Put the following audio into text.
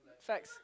facts